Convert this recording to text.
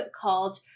called